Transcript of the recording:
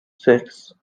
six